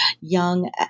young